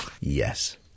Yes